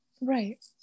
right